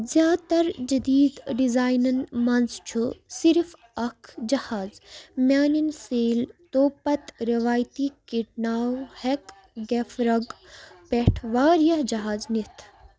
زیادٕ تر جدیٖد ڈِزاینَن منٛز چھُ صرف اَکھ جہاز میٛانؠن سیل توپَتہٕ رِوایتی کیٹ ناو ہٮ۪کہٕ گیف رَگ پٮ۪ٹھ واریاہ جہاز نِتھ